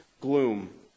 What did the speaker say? gloom